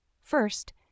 First